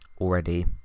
already